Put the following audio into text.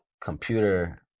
Computer